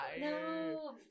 no